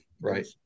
Right